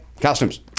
Costumes